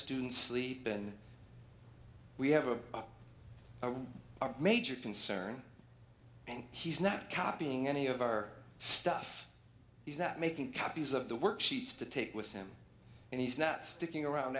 student sleep in we have a lot of our major concern and he's not copying any of our stuff he's not making copies of the work sheets to take with him and he's not sticking around